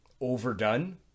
overdone